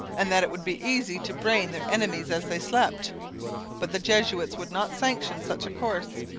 and that it would be easy to brain their enemies as they slept but the jesuits would not sanction such a course.